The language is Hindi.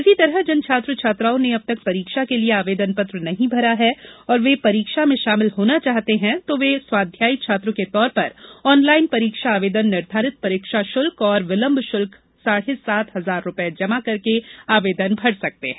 इसी तरह जिन छात्र छात्राओं ने अब तक परीक्षा के लिए आवेदन पत्र नहीं भरा है और वे परीक्षा में शामिल होना चाहते हैं तो वे स्वाध्यायी छात्र के तौर पर ऑनलाईन परीक्षा आवेदन निर्धारित परीक्षा शुल्क और विलम्ब शुल्क साढ़े सात हजार रुपये जमा करके आवेदन भर सकते हैं